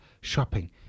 shopping